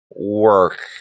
work